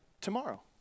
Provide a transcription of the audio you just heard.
tomorrow